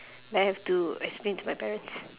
that I have to explain to my parents